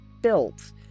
built